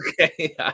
Okay